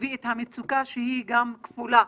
מביא את המצוקה שהיא כפולה.